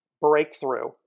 breakthrough